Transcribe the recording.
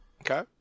Okay